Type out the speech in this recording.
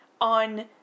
on